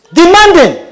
demanding